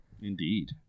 Indeed